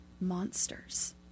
monsters